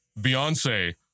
Beyonce